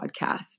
podcast